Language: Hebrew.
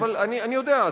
אני יודע,